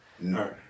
No